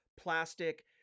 plastic